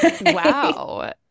Wow